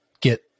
get